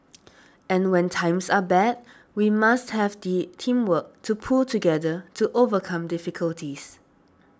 and when times are bad we must have the teamwork to pull together to overcome difficulties